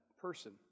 person